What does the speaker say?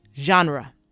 genre